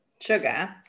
Sugar